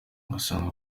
ugasanga